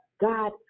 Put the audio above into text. God